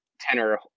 tenor